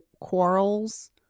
quarrels